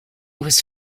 was